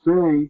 Say